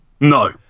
No